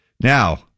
Now